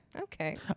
Okay